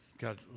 God